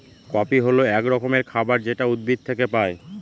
coffee হল এক রকমের খাবার যেটা উদ্ভিদ থেকে পায়